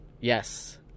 Yes